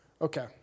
Okay